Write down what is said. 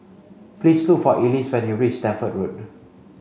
please look for Elyse when you reach Stamford Road